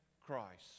Christ